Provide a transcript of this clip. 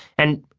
and,